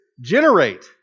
generate